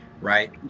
right